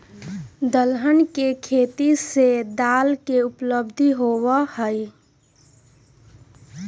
दलहन के खेती से दाल के उपलब्धि होबा हई